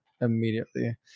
immediately